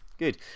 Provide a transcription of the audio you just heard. Good